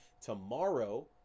tomorrow